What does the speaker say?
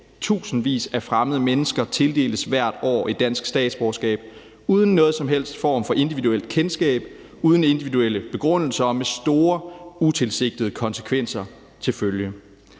Tusindvis af fremmede mennesker tildeles hvert år et dansk statsborgerskab uden nogen som helst form for individuelt kendskab, uden individuelle begrundelser og med store utilsigtede konsekvenser til følge.